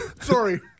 Sorry